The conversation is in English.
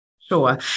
Sure